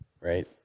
Right